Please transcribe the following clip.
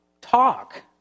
talk